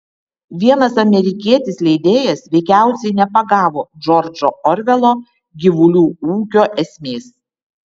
vienas amerikietis leidėjas veikiausiai nepagavo džordžo orvelo gyvulių ūkio esmės